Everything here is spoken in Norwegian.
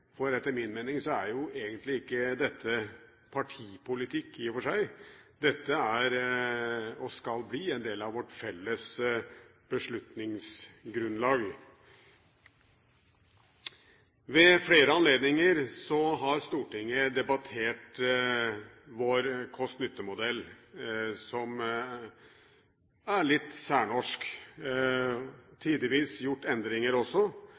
Etter min mening er dette egentlig ikke partipolitikk i og for seg, dette er og skal bli en del av vårt felles beslutningsgrunnlag. Ved flere anledninger har Stortinget debattert vår kost–nytte-modell – som er litt særnorsk – og har tidvis gjort endringer også,